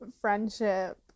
friendship